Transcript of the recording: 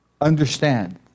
understand